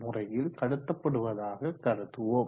முறையில் கடத்தப்படுவதாக கருதுவோம்